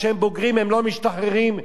מאותם סיוטים שהם עברו.